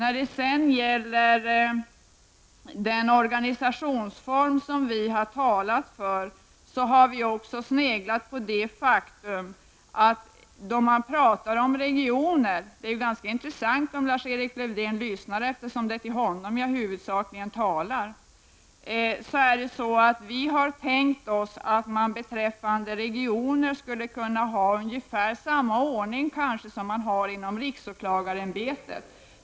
Beträffande den organisationsform som vi har talat för så har vi också sneglat på det faktum att då det gäller regioner -- det vore därför intressant om Lars-Erik Lövdén lyssnade på det jag säger, eftersom det i huvudsak är till honom jag talar -- har vi tänkt oss att man kanske skulle kunna ha samma ordning i fråga om dem som man har inom riksåklagarämbetet.